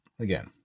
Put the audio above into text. again